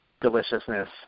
deliciousness